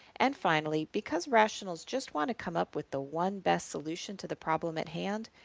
and finally, because rationals just want to come up with the one best solution to the problem at hand,